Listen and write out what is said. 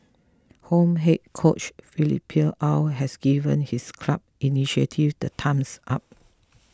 home head coach Philippe Aw has given his club's initiative the thumbs up